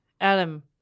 Adam